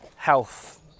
health